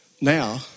Now